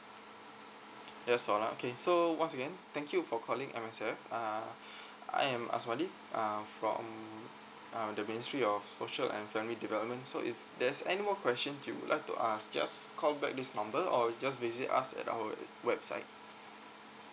that's all ah okay so once again thank you for calling us uh I'm A S M A D I uh from uh the ministry of social and family development so if there's anymore questions you would like to ask just call back this number or just visit us at our website